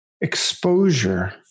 exposure